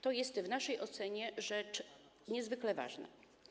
To jest w naszej ocenie rzecz niezwykle ważna.